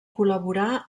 col·laborà